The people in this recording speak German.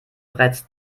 bereits